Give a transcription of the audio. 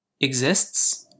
exists